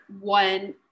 one